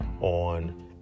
on